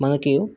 మనకి